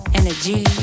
energy